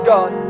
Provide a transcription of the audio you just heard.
God